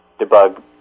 debug